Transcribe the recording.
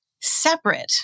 separate